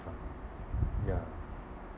ya